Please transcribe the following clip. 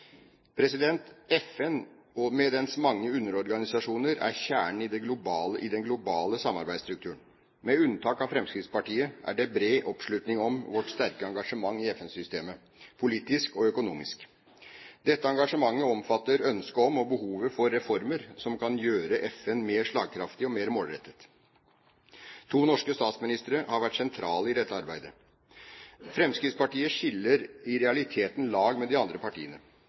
FN med de mange underorganisasjoner er kjernen i den globale samarbeidsstrukturen. Med unntak av Fremskrittspartiet er det bred oppslutning om vårt sterke engasjement i FN-systemet, politisk og økonomisk. Dette engasjementet omfatter ønsket om og behovet for reformer som kan gjøre FN mer slagkraftig og mer målrettet. To norske statsministre har vært sentrale i dette arbeidet. Fremskrittspartiet skiller i realiteten lag med de andre partiene.